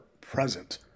present